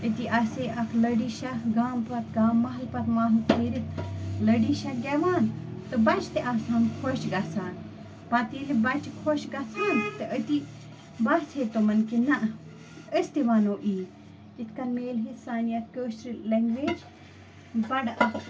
أتی آسہِ ہے اکھ لٔڈی شاہ گامہٕ پتہٕ گام محلہٕ پتہٕ محلہٕ پھیٖرِتھ لٔڈی شاہ گٮ۪وان تہٕ بچہِ تہِ آسہٕ ہن خۄش گَژھان پتہٕ ییٚلہِ یہِ بچہِ خۄش گَژھان تہٕ أتی باسہِ ہے تِمن کہِ نَہ أسۍ تہِ وَنو یی یِتھ کٔنۍ مِلہِ ہے سانہِ یَتھ کٲشرِ لنٛگویج بَڑٕ اکھ